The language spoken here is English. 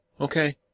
Okay